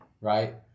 right